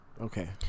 Okay